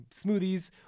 smoothies